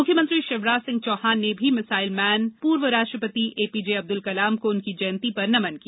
मुख्यमंत्री शिवराज सिंह चौहान ने भी मिसाइलमैन पूर्व राष्ट्रपति एपीजे अब्दुल कलाम को उनकी जयंती पर नमन किया